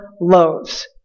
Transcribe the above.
loaves